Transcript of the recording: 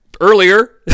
earlier